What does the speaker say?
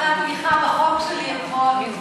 אחרי התמיכה בחוק שלי אתמול.